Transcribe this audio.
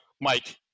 mike